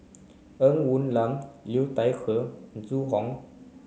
Ng Woon Lam Liu Thai Ker and Zhu Hong